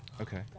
Okay